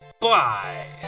Bye